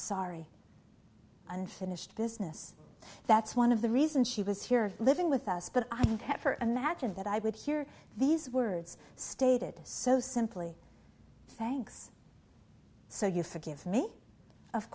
sorry unfinished business that's one of the reasons she was here living with us but i didn't have her imagine that i would hear these words stated so simply thanks so you forgive me of